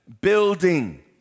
building